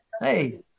Hey